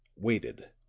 waited.